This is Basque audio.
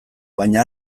baina